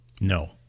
No